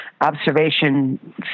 observation